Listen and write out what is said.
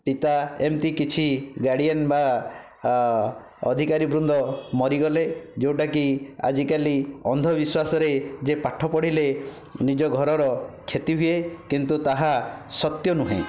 ପିତା ଏମିତି କିଛି ଗାର୍ଡ଼ିଆନ ବା ଅଧିକାରୀ ବୃନ୍ଦ ମରିଗଲେ ଯେଉଁଟାକି ଆଜି କାଲି ଅନ୍ଧବିଶ୍ୱାସରେ ଯେ ପାଠ ପଢ଼ିଲେ ନିଜ ଘରର କ୍ଷତି ହୁଏ କିନ୍ତୁ ତାହା ସତ୍ୟ ନୁହେଁ